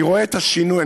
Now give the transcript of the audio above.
אני רואה את השינוי.